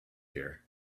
here